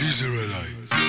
Israelites